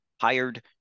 hired